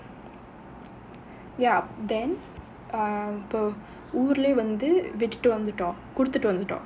ya then err இப்போ ஊருல வந்து விட்டுட்டு வந்துட்டோம் கொடுத்துட்டு வந்துடோம்:ippo oorula vanthu vittuttu vanthutom koduthuttu vanthutom